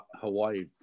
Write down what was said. Hawaii